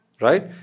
Right